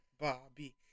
Bobby